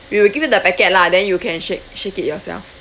we will give you the packet lah then you can shake shake it yourself